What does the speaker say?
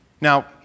Now